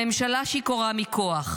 הממשלה שיכורה מכוח,